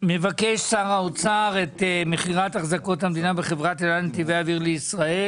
מבקש את מכירת החזקות המדינה בחברת אל על נתיבי אוויר לישראל,